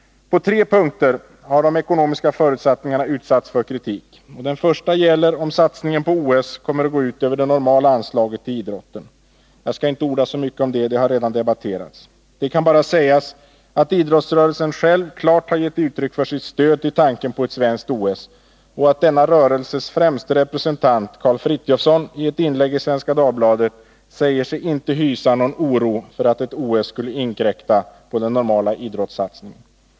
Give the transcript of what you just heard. På tre punkter har de ekonomiska förutsättningarna utsatts för kritik. För det första gäller det om satsningen på OS kommer att gå ut över det normala anslaget till idrotten. Jag skall inte orda så mycket om detta; det har redan debatterats. Jag vill bara säga att idrottsrörelsen själv klart har gett uttryck för sitt stöd till tanken på ett svenskt OS och att denna rörelses främsta representant, Karl Frithiofson, i ett inlägg i Svenska Dagbladet säger siginte hysa någon som helst oro för att ett OS skulle inkräkta på den normala idrottssatsningen.